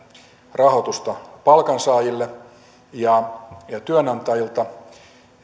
rahoitusta palkansaajille työnantajilta